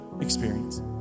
experience